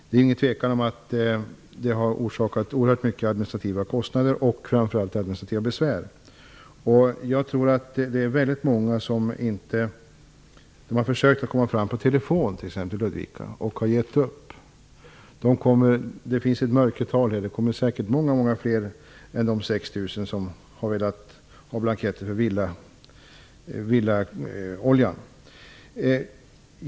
Det råder inget tvivel om att det har orsakat oerhörda administrativa kostnader och framför allt administrativa besvär. Jag tror att det t.ex. finns väldigt många som har försökt komma fram på telefon till kontoret i Ludvika men som har gett upp. Det finns ett mörkertal här. Det är säkert många många fler än 6 000 personer som vill ha blanketter om villaolja.